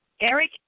Eric